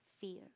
fear